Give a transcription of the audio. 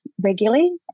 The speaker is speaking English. regularly